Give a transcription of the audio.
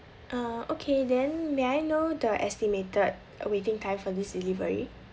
uh okay then may I know the estimated waiting time for this delivery